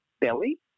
belly